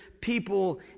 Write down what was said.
people